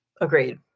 Agreed